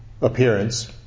appearance